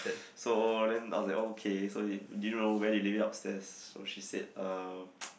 so then I was like okay so do you know where you leave it upstairs so she said uh